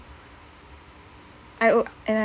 I al~ and I